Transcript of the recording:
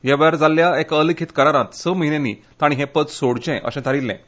ह्या वेळर जाल्ल्या एका अलिखित करारांत स म्हयन्यांनी तांणी हे पद सोडचे अशे थारिछें